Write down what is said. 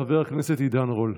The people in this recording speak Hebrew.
חבר הכנסת עידן רול.